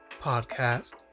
podcast